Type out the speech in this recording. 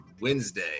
Wednesday